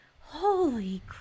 holy